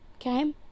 Okay